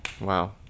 Wow